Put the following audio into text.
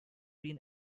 been